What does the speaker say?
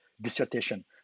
dissertation